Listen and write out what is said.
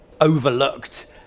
overlooked